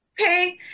okay